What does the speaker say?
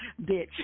bitch